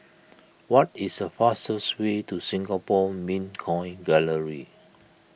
what is the fastest way to Singapore Mint Coin Gallery